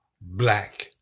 black